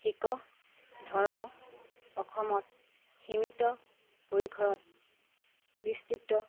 শিখ ধৰ্মত সীমিত পৰিসৰত বিস্তৃত